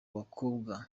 bakobwa